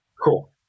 cool